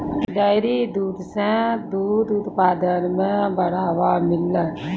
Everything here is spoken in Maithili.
डेयरी सें दूध उत्पादन म बढ़ावा मिललय